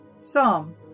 Psalm